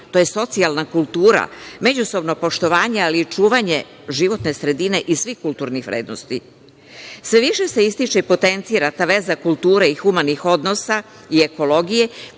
to je socijalna kultura, međusobno poštovanje, ali i čuvanje životne sredine i svih kulturnih vrednosti. Sve više se ističe i potencira ta veza kulture i humanih odnosa i ekologije